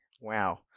Wow